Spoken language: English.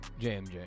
JMJ